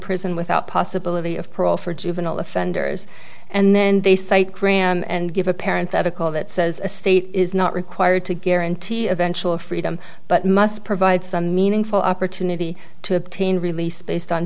prison without possibility of parole for juvenile offenders and then they cite gran and give a parent that a call that says a state is not required to guarantee eventual freedom but must provide some meaningful opportunity to obtain release based on